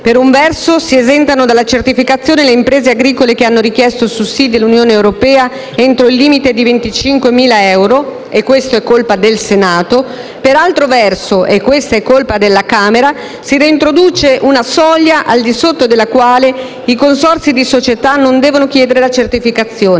Per un verso, si esentano da certificazione le imprese agricole che hanno richiesto sussidi all'Unione europea entro il limite di 25.000 euro (e questa è colpa del Senato); per altro verso - e questa è colpa della Camera - si reintroduce una soglia al di sotto della quale i consorzi di società non devono chiedere la certificazione.